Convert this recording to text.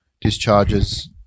discharges